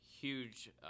huge